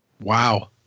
Wow